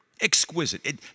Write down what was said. exquisite